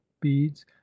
beads